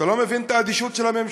אתה לא מבין את האדישות של הממשלה.